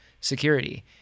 security